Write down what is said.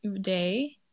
day